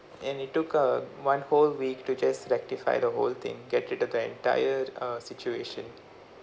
and it took err one whole week to just rectify the whole thing get rid of the entire uh situation